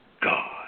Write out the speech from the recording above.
God